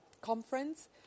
conference